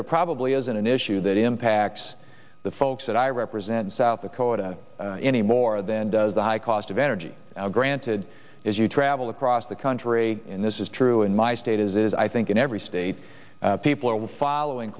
there probably isn't an issue that impacts the folks that i represent south dakota anymore than does the high cost of energy granted as you travel across the country in this is true in my state is is i think in every state people are